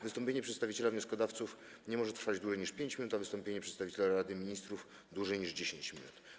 Wystąpienie przedstawiciela wnioskodawców nie może trwać dłużej niż 5 minut, a wystąpienie przedstawiciela Rady Ministrów - dłużej niż 10 minut.